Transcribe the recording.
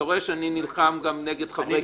אתה רואה שאני נלחם גם נגד חברי כנסת,